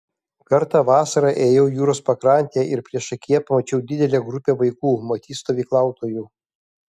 kartą vasarą ėjau jūros pakrante ir priešakyje pamačiau didelę grupę vaikų matyt stovyklautojų